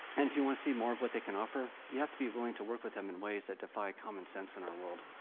and if you want to see more of what they can offer, you have to be willing to work with them in ways that defy common sense in our world.